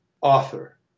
author